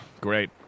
Great